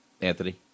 Anthony